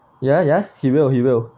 ya ya he will he will